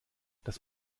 das